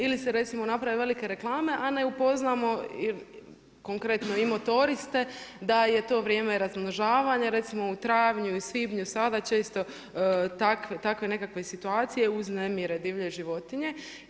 Ili se recimo naprave velike reklame, a ne upoznamo konkretno i motoriste da je to vrijeme razmnožavanja recimo u travnju i svibnju sada često takve nekakve situacije uznemire divlje životinje.